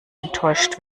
enttäuscht